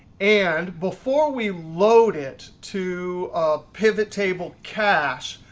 and before we load it to pivot table cache,